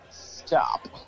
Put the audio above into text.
stop